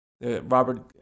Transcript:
Robert